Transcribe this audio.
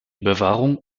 überwachung